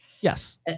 Yes